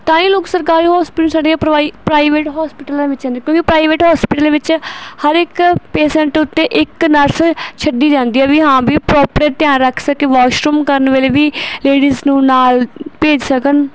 ਤਾਂ ਹੀ ਲੋਕ ਸਰਕਾਰ ਹੋਸਪਿਟਲਾ ਛੱਡ ਕੇ ਪ੍ਰਵਾਈ ਪ੍ਰਾਈਵੇਟ ਹੋਸਪਿਟਲਾਂ ਵਿੱਚ ਜਾਂਦੇ ਕਿਉਂਕਿ ਪ੍ਰਾਈਵੇਟ ਹੋਸਪਿਟਲਾਂ ਵਿੱਚ ਹਰ ਇੱਕ ਪੇਸ਼ੈਂਟ ਉੱਤੇ ਇੱਕ ਨਰਸ ਛੱਡੀ ਜਾਂਦੀ ਹੈ ਵੀ ਹਾਂ ਵੀ ਪ੍ਰੋਪਰ ਧਿਆਨ ਰੱਖ ਸਕੇ ਵਾਸ਼ਰੂਮ ਕਰਨ ਵੇਲੇ ਵੀ ਲੇਡੀਸ ਨੂੰ ਨਾਲ ਭੇਜ ਸਕਣ